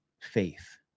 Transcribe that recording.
faith